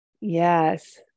Yes